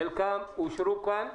חלקן אושרו כאן,